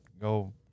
go